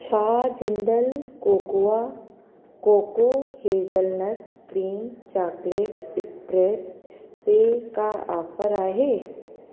छा Jindal cocoa cocoa hazelnut cream chocolate spreads ते का आफर आहे